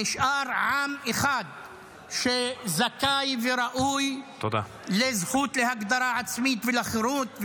נשאר עם אחד שזכאי וראוי לזכות להגדרה עצמית ולחירות,